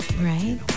Right